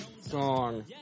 song